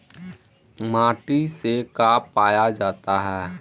माटी से का पाया जाता है?